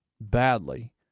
badly